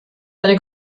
eine